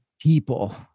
people